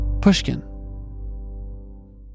pushkin